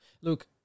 look